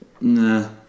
Nah